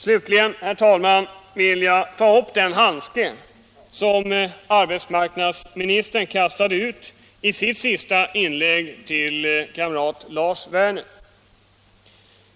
Slutligen, herr talman, vill jag ta upp den handske som arbetsmarknadsministern kastade i sitt sista inlägg till Lars Werner.